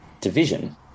division